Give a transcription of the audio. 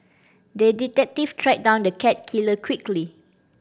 the detective tracked down the cat killer quickly